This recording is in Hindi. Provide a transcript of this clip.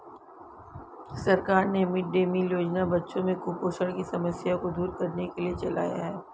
सरकार ने मिड डे मील योजना बच्चों में कुपोषण की समस्या को दूर करने के लिए चलाया है